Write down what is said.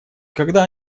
когда